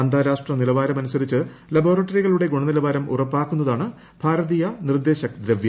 അന്താരാഷ്ട്ര നിലവാരമനുസരിച്ച് ലബോറട്ടറികളുടെ ഗുണനിലവാരം ഉറപ്പാക്കുന്നതാണ് ഭാരതീയ നിർദ്ദേശക് ദ്രവൃ